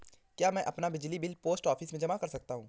क्या मैं अपना बिजली बिल पोस्ट ऑफिस में जमा कर सकता हूँ?